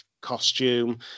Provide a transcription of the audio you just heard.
costume